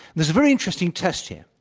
there's a very interesting test here.